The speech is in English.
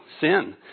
Sin